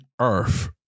earth